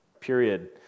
Period